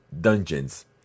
dungeons